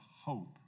hope